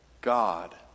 God